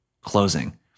closing